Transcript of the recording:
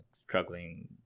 struggling